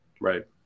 Right